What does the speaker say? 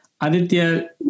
Aditya